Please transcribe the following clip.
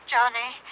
Johnny